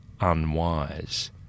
unwise